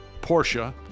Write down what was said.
Porsche